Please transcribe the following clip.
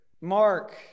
Mark